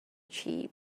cheap